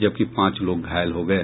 जबकि पांच लोग घायल हो गये